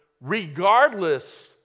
regardless